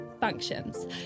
functions